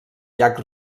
llac